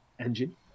engine